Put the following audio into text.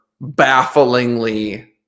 bafflingly